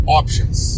options